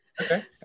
Okay